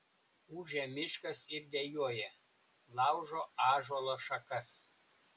ūžia miškas ir dejuoja laužo ąžuolo šakas